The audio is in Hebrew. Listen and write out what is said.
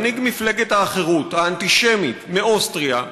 מנהיג מפגלת החירות האנטישמי מאוסטריה,